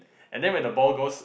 and then when the ball goes